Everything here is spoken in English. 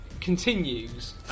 continues